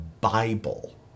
Bible